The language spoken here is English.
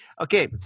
Okay